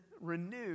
renewed